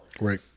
Right